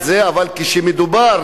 אבל כשמדובר,